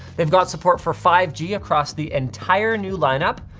they've got support for five g across the entire new lineup.